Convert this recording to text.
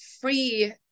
free